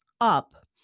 up